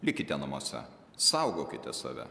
likite namuose saugokite save